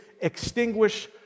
extinguish